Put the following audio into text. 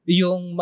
yung